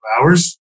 hours